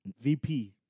VP